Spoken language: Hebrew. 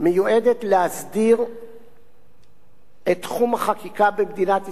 מיועדת להסדיר את תחום החקיקה במדינת ישראל,